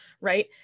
right